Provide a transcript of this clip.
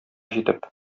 җитеп